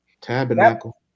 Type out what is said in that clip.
Tabernacle